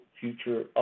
future